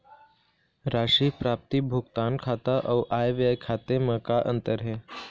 राशि प्राप्ति भुगतान खाता अऊ आय व्यय खाते म का अंतर हे?